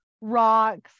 rocks